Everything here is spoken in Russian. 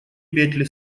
петли